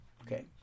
Okay